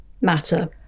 matter